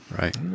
Right